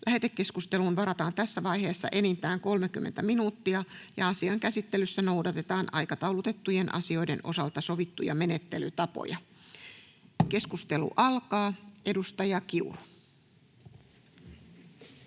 Lähetekeskusteluun varataan tässä vaiheessa enintään 30 minuuttia. Asian käsittelyssä noudatetaan aikataulutettujen asioiden osalta sovittuja menettelytapoja. — Keskustelu alkaa. Edustaja Kiuru.